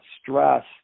stress